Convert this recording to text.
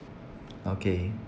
okay